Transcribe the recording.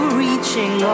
reaching